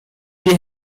die